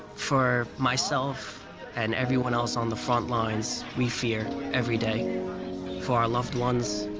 for myself and everyone else on the front lines, we fear every day for our loved ones.